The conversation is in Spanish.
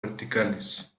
verticales